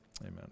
amen